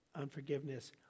unforgiveness